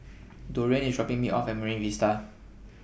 Dorian IS dropping Me off At Marine Vista